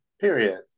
Period